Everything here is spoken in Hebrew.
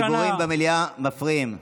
הדיבורים במליאה מפריעים.